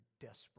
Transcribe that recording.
desperate